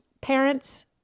parents